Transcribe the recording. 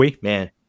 Man